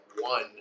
one